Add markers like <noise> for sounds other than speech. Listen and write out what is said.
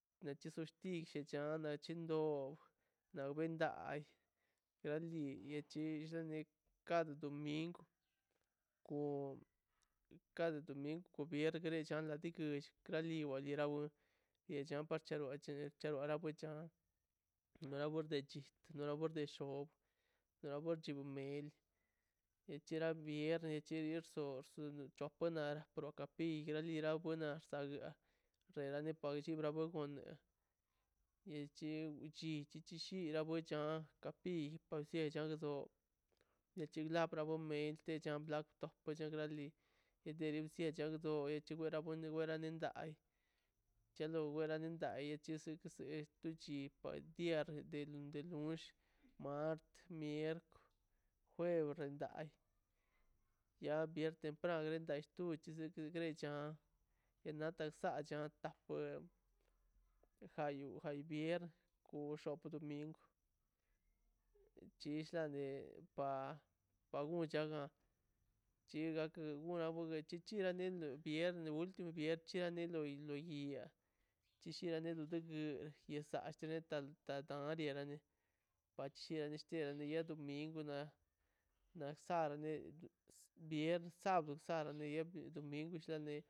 <noise> lo chizo stillan chanda chindo loi ben da <unintelligible> kada domingkw kada dominkw <noise> do biegr chan <unintelligible> lecha parcheot chegora nague cha la bor de chit labor de chot labor de chimei ichire miern chire tirso su atuenar tro kapi ire wenax tiga xena <unintelligible> icho chichira nako lla kapi pues sia dado lechia rapro dome meto chechiablo <unintelligible> dia del nux mart mierkw juev dai ya viern tempran daschu tode tempran lechan da nes tachatan jayu gay viern oxa domingkw chishla de pa pagun chaka chiga guna guna chik viern ultimo viern chialo loii ia <unintelligible> pash lara viern domingkw na narsarane viern sabdne viern dominkw llane